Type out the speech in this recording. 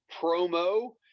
promo